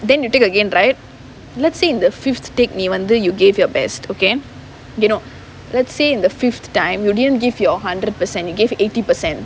then you take again right let's say in the fifth take நீ வந்து:nee vanthu you gave your best okay eh no let's say in the fifth time you didn't give your hundred percent you gave eighty percent